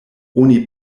oni